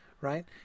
right